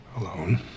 alone